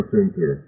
Center